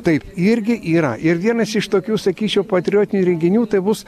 taip irgi yra ir vienas iš tokių sakyčiau patriotinių renginių tai bus